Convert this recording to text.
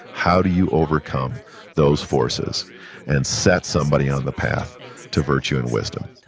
how do you overcome those forces and set somebody on the path to virtue and wisdom?